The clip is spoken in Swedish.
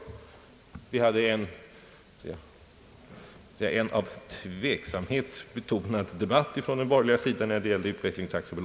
I den debatt som i fjol ägde rum när det gällde utvecklingsbolaget gav den borgerliga sidan uttryck åt tveksamhet.